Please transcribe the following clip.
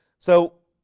so